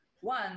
One